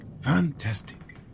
fantastic